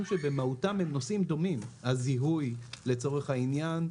שבמהותם הם נושאים דומים על זיהוי לצורך העניין,